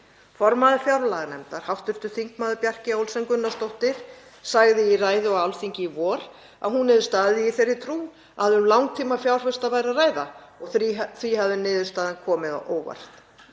Formaður fjárlaganefndar, hv. þm. Bjarkey Olsen Gunnarsdóttir, sagði í ræðu á Alþingi í vor að hún hefði staðið í þeirri trú að um langtímafjárfesta væri að ræða og því hafi niðurstaðan komið á óvart.